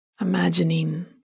Imagining